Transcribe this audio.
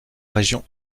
région